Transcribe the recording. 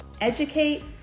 Educate